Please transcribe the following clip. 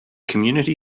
community